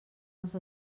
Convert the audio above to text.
els